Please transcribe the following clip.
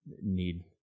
need